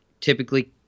typically